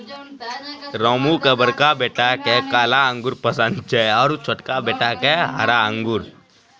रामू के बड़का बेटा क काला अंगूर पसंद छै आरो छोटका बेटा क हरा अंगूर